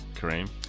Kareem